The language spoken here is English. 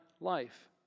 life